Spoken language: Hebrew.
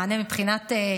מענה מבחינת התירוצים,